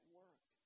work